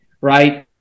right